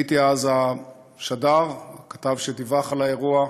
אני הייתי אז השדר, הכתב שדיווח על האירוע.